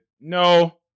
no